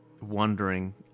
wondering